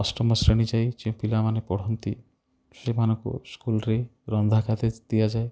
ଅଷ୍ଟମ ଶ୍ରେଣୀ ଯାଏଁ ଯେଉଁ ପିଲାମାନେ ପଢ଼ନ୍ତି ସେମାନଙ୍କୁ ସ୍କୁଲ୍ରେ ରନ୍ଧା ଖାଦ୍ୟ ଦିଆଯାଏ